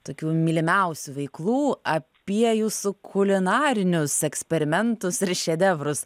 tokių mylimiausių veiklų apie jūsų kulinarinius eksperimentus ir šedevrus